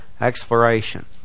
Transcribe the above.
exploration